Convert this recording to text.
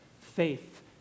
Faith